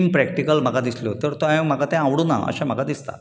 impractical म्हाका दिसल्यो तर म्हाका तें आवडूंक ना अशें म्हाका दिसता